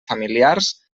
familiars